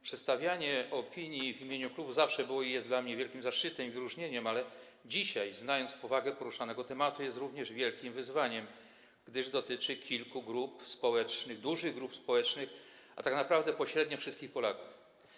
Przedstawianie opinii w imieniu klubu zawsze było i jest dla mnie wielkim zaszczytem i wyróżnieniem, ale dzisiaj, znając powagę poruszanego tematu, jest również wielkim wyzwaniem, gdyż dotyczy kilku grup społecznych, dużych grup społecznych, a tak naprawdę pośrednio wszystkich Polaków.